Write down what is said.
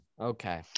Okay